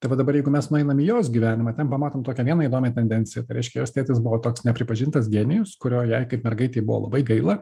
tai va dabar jeigu mes nueinam į jos gyvenimą ten pamatom tokią vieną įdomią tendenciją tai reiškia jos tėtis buvo toks nepripažintas genijus kurio jai kaip mergaitei buvo labai gaila